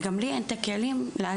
וגם לי אין הכלים לעזור.